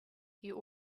you